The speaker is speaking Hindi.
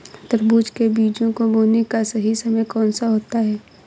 तरबूज के बीजों को बोने का सही समय कौनसा होता है?